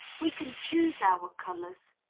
we can choose our colors.